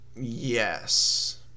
yes